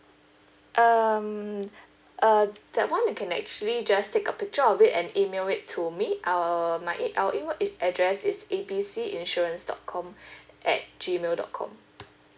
um uh that [one] you can actually just take a picture of it and email it to me and my email address is A B C insurance dot com at G mail dot com